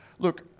Look